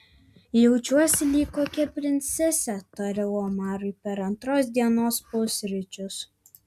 jaučiuosi lyg kokia princesė tariau omarui per antros dienos pusryčius